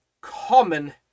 common